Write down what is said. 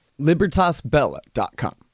libertasbella.com